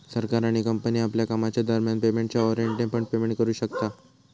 सरकार आणि कंपनी आपल्या कामाच्या दरम्यान पेमेंटच्या वॉरेंटने पण पेमेंट करू शकता